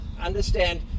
understand